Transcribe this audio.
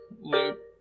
loop